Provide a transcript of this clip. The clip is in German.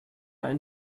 ein